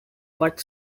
but